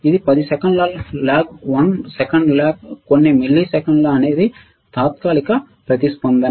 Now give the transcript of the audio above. ఇది10 సెకన్ల lag 1 second lag కొన్ని మిల్లీసెకన్ల అనేది తాత్కాలిక ప్రతిస్పందన